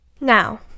Now